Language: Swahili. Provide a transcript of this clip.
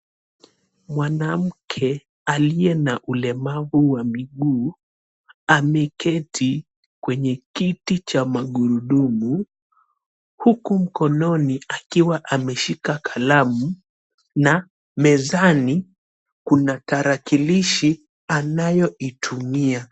Mwanamke aliye na ulemavu ma miguu ameketi kwenye kiti cha magurudumu huku mkononi akiwa ameshika kalamu na mezani kuna tarakilishi anayoitumia.